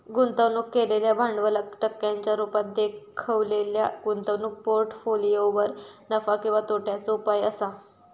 गुंतवणूक केलेल्या भांडवलाक टक्क्यांच्या रुपात देखवलेल्या गुंतवणूक पोर्ट्फोलियोवर नफा किंवा तोट्याचो उपाय असा